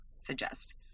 suggest